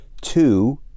two